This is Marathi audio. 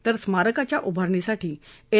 तर स्मारकाच्या उभारणीसाठी एल